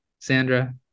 Sandra